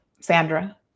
Sandra